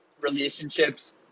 relationships